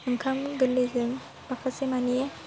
ओंखाम गोरलैजों माखासे मानि